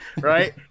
right